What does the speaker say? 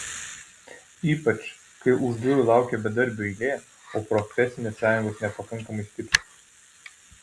ypač kai už durų laukia bedarbių eilė o profesinės sąjungos nepakankamai stiprios